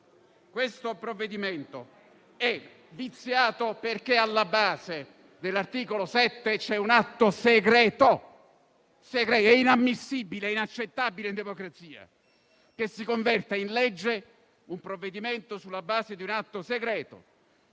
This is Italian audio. secondo luogo, è viziato, perché alla base dell'articolo 7 c'è un atto segreto: è inammissibile e inaccettabile, in democrazia, che si converta in legge un provvedimento sulla base di un atto segreto.